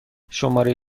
شماره